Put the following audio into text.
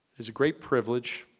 is a great privileged,